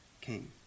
king